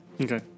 Okay